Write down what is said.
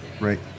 Right